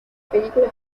película